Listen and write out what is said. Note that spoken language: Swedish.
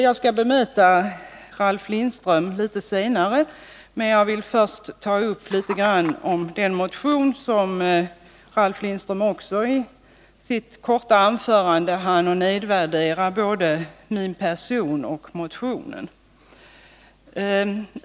Jag skall bemöta Ralf Lindström litet senare. Först vill jag något beröra den motion som Ralf Lindström i sitt korta anförande hann nedvärdera. Den nedvärderingen gällde f. ö. både min person och motionen.